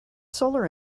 solar